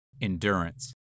endurance